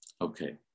Okay